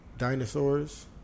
Dinosaurs